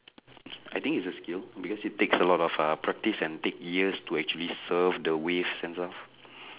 I think it's a skill because it takes a lot of uh practice and take years to actually surf the waves and stuff